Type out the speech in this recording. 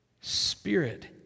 spirit